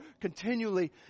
continually